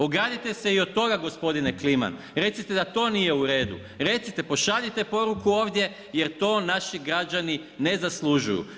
Ogradite se i od toga gospodine Kliman, recite da to nije uredu, recite, pošaljite poruku ovdje jer to naši građani ne zaslužuju.